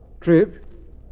Trip